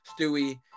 Stewie